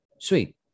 Sweet